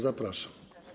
Zapraszam.